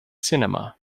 cinema